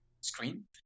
screen